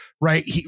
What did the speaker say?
right